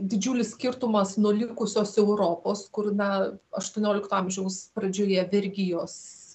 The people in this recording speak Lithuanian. didžiulis skirtumas nuo likusios europos kur na aštuoniolikto amžiaus pradžioje vergijos